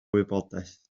wybodaeth